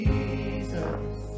Jesus